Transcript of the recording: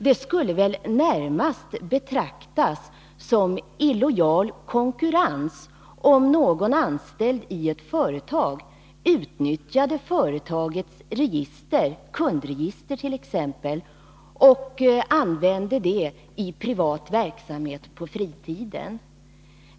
Det skulle väl närmast betraktas som illojal konkurrens, om någon anställd i ett företag utnyttjade företagets register, t.ex. kundregister, för användning i privat verksamhet på fritiden.